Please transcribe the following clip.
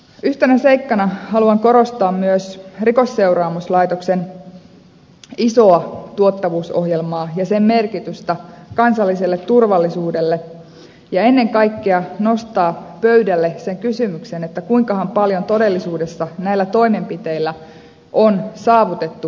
yhtenä seikkana haluan korostaa myös rikosseuraamuslaitoksen isoa tuottavuusohjelmaa ja sen merkitystä kansalliselle turvallisuudelle ja ennen kaikkea nostaa pöydälle sen kysymyksen kuinkahan paljon todellisuudessa näillä toimenpiteillä on saavutettu säästöä